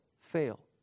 Fail